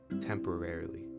temporarily